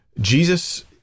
Jesus